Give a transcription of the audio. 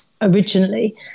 originally